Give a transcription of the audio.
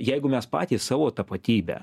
jeigu mes patys savo tapatybe